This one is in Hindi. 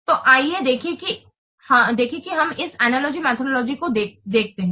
तो आइए देखें कि हम इस अनलॉजी मेथडोलॉजी को देखेंगे